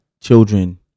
children